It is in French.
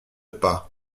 pas